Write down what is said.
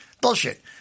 Bullshit